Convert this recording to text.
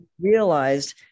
realized